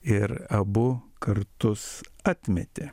ir abu kartus atmetė